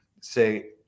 say